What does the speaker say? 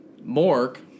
Mork